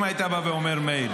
אם היית בא ואומר: מאיר,